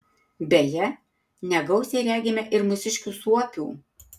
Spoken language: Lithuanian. beje negausiai regime ir mūsiškių suopių